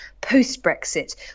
post-Brexit